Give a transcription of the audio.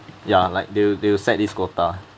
ya like they'll they'll set this quota